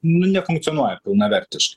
nu nefunkcionuoja pilnavertiškai